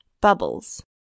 Bubbles